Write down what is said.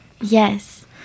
Yes